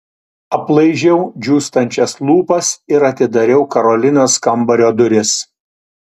aplaižiau džiūstančias lūpas ir atidariau karolinos kambario duris